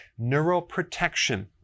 neuroprotection